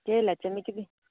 केह् लैचे मिकी